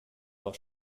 aus